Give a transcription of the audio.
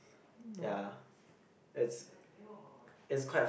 ya it's it's quite